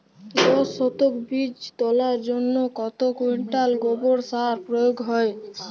দশ শতক বীজ তলার জন্য কত কুইন্টাল গোবর সার প্রয়োগ হয়?